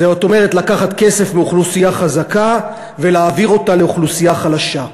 כלומר לקחת כסף מאוכלוסייה חזקה ולהעביר אותה לאוכלוסייה חלשה.